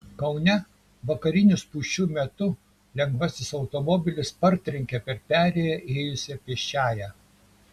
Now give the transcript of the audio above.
kaune vakarinių spūsčių metu lengvasis automobilis partrenkė per perėją ėjusią pėsčiąją